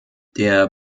der